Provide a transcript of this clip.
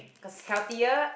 cause healthier